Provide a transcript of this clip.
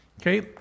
Okay